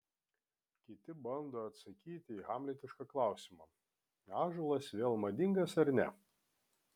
kiti bando atsakyti į hamletišką klausimą ąžuolas vėl madingas ar ne